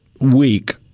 weak